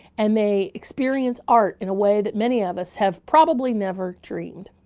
and they experience art in a way that many of us have probably never dreamed.